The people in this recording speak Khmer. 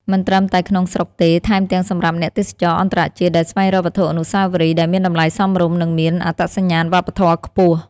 មិនត្រឹមតែក្នុងស្រុកទេ ថែមទាំងសម្រាប់អ្នកទេសចរអន្តរជាតិដែលស្វែងរកវត្ថុអនុស្សាវរីយ៍ដែលមានតម្លៃសមរម្យ និងមានអត្តសញ្ញាណវប្បធម៌ខ្ពស់។